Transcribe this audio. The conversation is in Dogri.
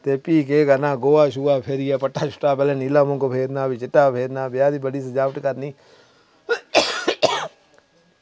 ते फ्ही केह् करना गोआ शोआ फेरियै भट्टा पैह्लें नीला मूंग फेरना फ्ही चिट्टा फेरना ब्याह् दी बड़ी सजावट करनी